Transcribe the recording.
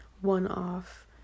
one-off